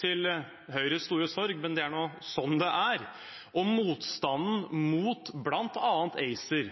til Høyres store sorg, men det er nå sånn det er. Og til motstanden